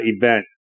event